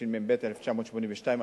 התשמ"ב 1982,